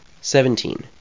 Seventeen